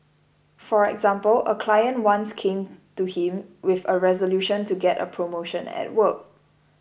for example a client once came to him with a resolution to get a promotion at work